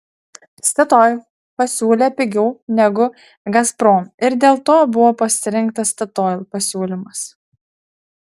statoil pasiūlė pigiau negu gazprom ir dėl to buvo pasirinktas statoil pasiūlymas